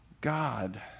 God